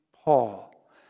Paul